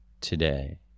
today